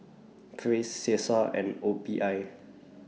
Praise Cesar and O P I